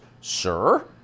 Sir